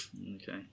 Okay